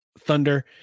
Thunder